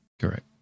Correct